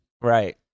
Right